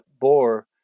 bore